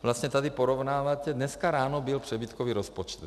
A vy vlastně tady porovnáváte dneska ráno byl přebytkový rozpočet.